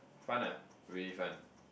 fun lah really fun